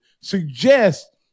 suggest